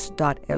dot